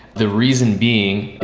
the reason being,